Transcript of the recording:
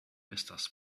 estas